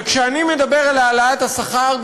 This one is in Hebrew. וכשאני מדבר על העלאת השכר,